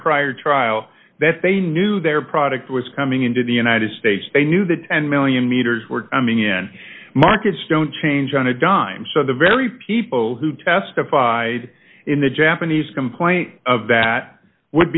prior trial that they knew their product was coming into the united states they knew that ten million meters were coming in markets don't change on a dime so the very people who testified in the japanese complaint of that would